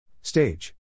Stage